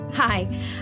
Hi